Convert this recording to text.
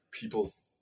people's